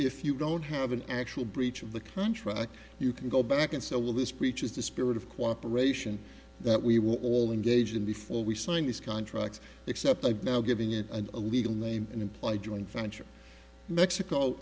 if you don't have an actual breach of the contract you can go back and so will this breaches the spirit of cooperation that we will all engage in before we sign these contracts except i've now giving it an illegal name and imply joint venture mexico